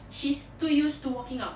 she's too used to walking out